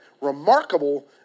remarkable